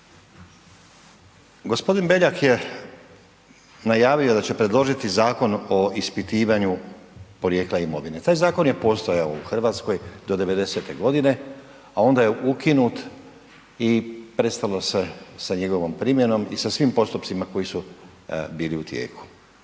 Gospodin Beljak je najavio da će predložiti Zakon o ispitivanju porijekla imovine. Taj zakon je postojao u Hrvatskoj do '90.-te godine, a onda je ukinut i prestalo se sa njegovom primjenom i sa svim postupcima koji su bili u tijeku.